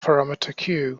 parameter